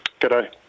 G'day